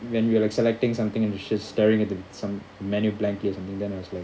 then we were like selecting something and she's just staring at the some menu blankets or something then I was like